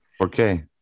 Okay